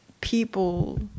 people